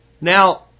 Now